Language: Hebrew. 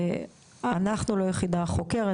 אנחנו לא היחידה החוקרת,